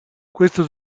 questo